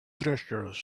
treacherous